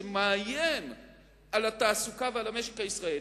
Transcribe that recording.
שמאיים על התעסוקה ועל המשק הישראלי.